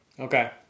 okay